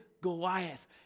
Goliath